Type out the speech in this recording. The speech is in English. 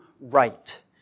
right